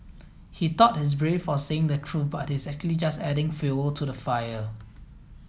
he thought he's brave for saying the truth but he's actually just adding fuel to the fire